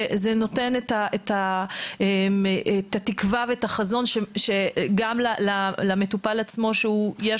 זה נותן את התקווה ואת החזון גם למטופל עצמו שיש